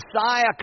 Messiah